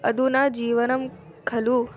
अधुना जीवनं खलु